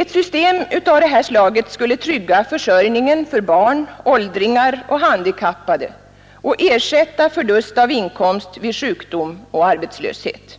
Ett system av det här slaget skulle trygga försörjningen för barn, åldringar och handikappade och ersätta förlust av inkomst vid sjukdom och arbetslöshet.